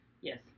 Yes